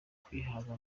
kwihaza